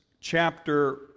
chapter